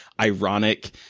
ironic